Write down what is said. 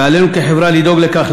ועלינו כחברה לדאוג לכך,